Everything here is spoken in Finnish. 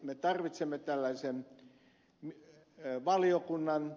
me tarvitsemme tällaisen valiokunnan